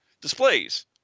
displays